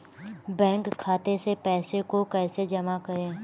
Bank खाते से पैसे को कैसे जमा करें?